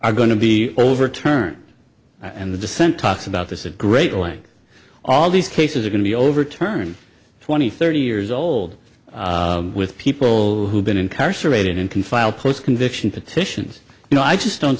are going to be overturned and the dissent talks about this at great length all these cases are going to be overturned twenty thirty years old with people who've been incarcerated and can file post conviction petitions you know i just don't